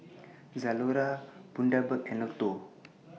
Zalora Bundaberg and Lotto